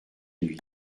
lui